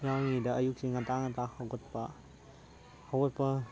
ꯌꯥꯎꯔꯤꯉꯩꯗ ꯑꯌꯨꯛꯁꯤ ꯉꯟꯇꯥ ꯉꯟꯇꯥ ꯍꯧꯒꯠꯄ ꯍꯧꯒꯠꯄ